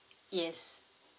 yes